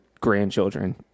grandchildren